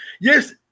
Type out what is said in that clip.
Yes